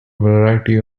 variety